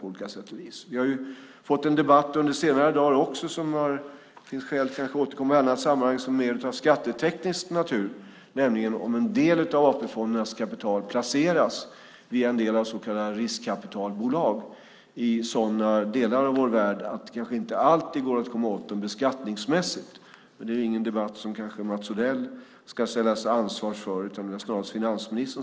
Vi har under de senaste dagarna också fått en debatt av skatteteknisk natur som vi kan ha skäl att återkomma till i ett annat sammanhang. Det gäller om en del av AP-fondernas kapital placeras via så kallade riskkapitalbolag i sådana delar av vår värld där det inte alltid går att komma åt dem beskattningsmässigt. Det är dock ingen debatt för Mats Odell utan för finansministern.